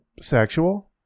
sexual